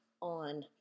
on